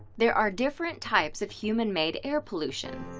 there are different types of human-made air pollution.